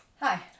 Hi